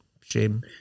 Shame